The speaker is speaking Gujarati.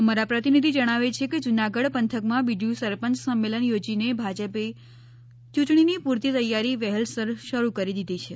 અમારા પ્રતિનિધિ જણાવે છે કે જુનાગઢ પંથકમાં બીજું સરપંચ સંમેલન યોજીને ભાજપે ચૂંટણીની પૂરતી તૈયારી વહેલ સર શરૂ કરી દીધી છે